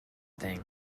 thing